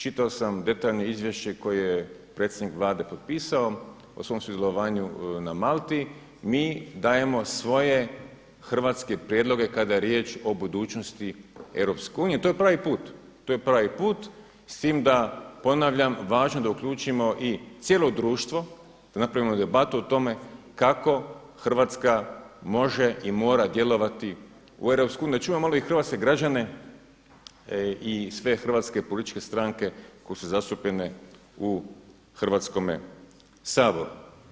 Čitao sam detaljno izvješće koje je predsjednik Vlade potpisao o svom sudjelovanju na Malti, mi dajemo svoje hrvatske prijedloge kada je riječ o budućnosti EU i to je pravi put, s tim da ponavljam, važno je da uključimo i cijelo društvo, da napravimo debatu o tome kako Hrvatska može i mora djelovat u EU, da čujemo malo i hrvatske građane i sve hrvatske političke stranke koje su zastupljene u Hrvatskome saboru.